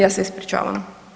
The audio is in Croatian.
Ja se ispričavam.